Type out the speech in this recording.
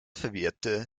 verwehrte